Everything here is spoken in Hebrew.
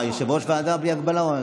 יושב-ראש ועדה בלי הגבלה או,